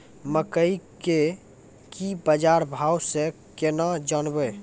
मकई के की बाजार भाव से केना जानवे?